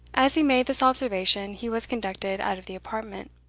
as he made this observation he was conducted out of the apartment.